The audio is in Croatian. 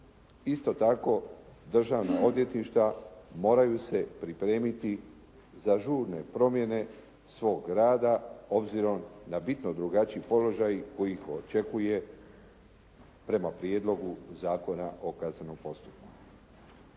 Isto tako državna odvjetništva moraju se pripremiti za žurne promjene svog rada obzirom na bitno drugačiji položaj kojih ih očekuje prema prijedlogu Zakona o kaznenom postupku.